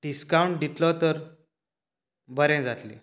discount दितलो तर बरें जातलें